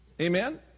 Amen